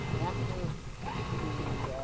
after the